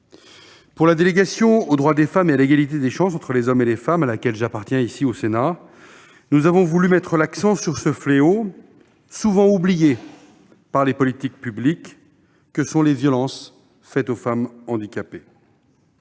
La délégation aux droits des femmes et à l'égalité des chances entre les hommes et les femmes du Sénat, à laquelle j'appartiens, a voulu mettre l'accent sur ce fléau, souvent oublié par les politiques publiques, que sont les violences faites aux femmes handicapées.